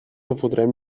enfrontem